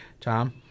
Tom